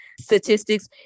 statistics